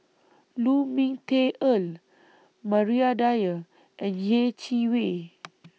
Lu Ming Teh Earl Maria Dyer and Yeh Chi Wei